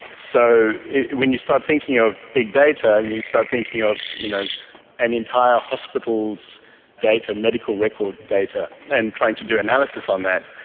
so when you start thinking of big data and you start thinking of you know an entire hospital's medical record data and trying to do analysis on that,